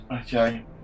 Okay